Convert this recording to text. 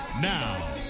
Now